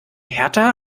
hertha